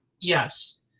Yes